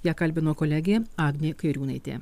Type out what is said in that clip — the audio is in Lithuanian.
ją kalbino kolegė agnė kairiūnaitė